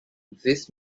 this